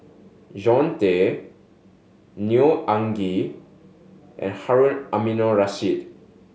Jean Tay Neo Anngee and Harun Aminurrashid